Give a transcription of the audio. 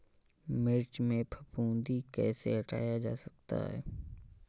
मिर्च में फफूंदी कैसे हटाया जा सकता है?